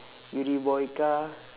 yuri boyka